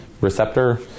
receptor